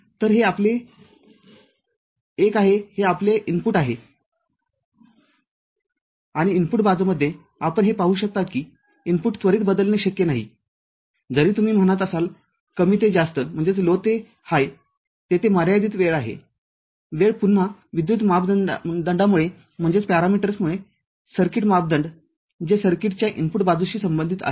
तरहे आपले एक आहे हे आपले इनपुट आहे आणि इनपुटबाजूमध्ये आपण हे पाहू शकता की इनपुट त्वरित बदलणे शक्य नाही जरी तुम्ही म्हणत असाल कमीते जास्त तेथे मर्यादित वेळ आहेवेळ पुन्हा विद्युत मापदंडामुळेसर्किट मापदंड जे सर्किटच्या इनपुट बाजूशी संबंधित आहेत